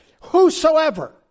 Whosoever